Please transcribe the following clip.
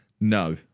No